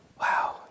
Wow